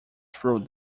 through